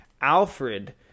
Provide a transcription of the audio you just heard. Alfred